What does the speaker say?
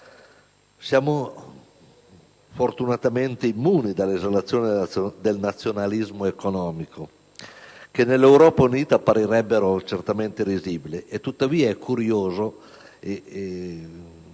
Siamo fortunatamente immuni dalle esaltazioni del nazionalismo economico che, nell'Europa unita, apparirebbero certamente risibili, e tuttavia è curioso